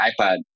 iPad